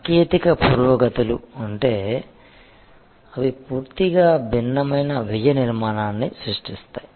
సాంకేతిక పురోగతులు ఉంటే అవి పూర్తిగా భిన్నమైన వ్యయ నిర్మాణాన్ని సృష్టిస్తాయి